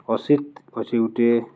ଅସିିତ୍ ଅଛେ ଗୁଟେ